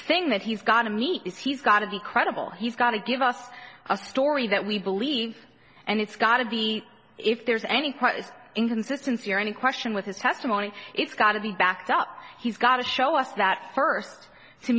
thing that he's got to meet is he's got to be credible he's got to give us a story that we believe and it's got of the if there's any quiet inconsistency or any question with his testimony it's got to be backed up he's got to show us that first to